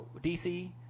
DC